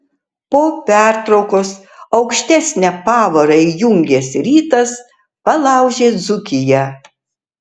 po pertraukos aukštesnę pavarą įjungęs rytas palaužė dzūkiją